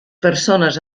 persones